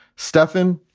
stefan,